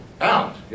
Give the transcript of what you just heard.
out